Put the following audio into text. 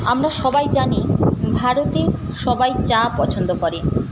আমরা সবাই জানি ভারতে সবাই চা পছন্দ করে